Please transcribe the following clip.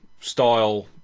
style